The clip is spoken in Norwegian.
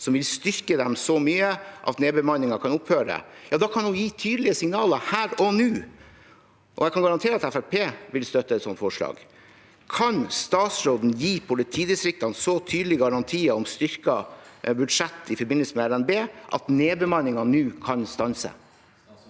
som vil styrke dem så mye at nedbemanningen kan opphøre, kan hun gi tydelige signaler her og nå. Jeg kan garantere at Fremskrittspartiet vil støtte et sånt forslag. Kan statsråden gi politidistriktene så tydelige garantier om styrket budsjett i forbindelse med RNB at nedbemanningen nå kan stanse?